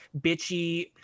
bitchy